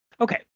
Okay